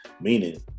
meaning